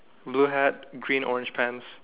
blue hat green orange pants